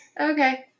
okay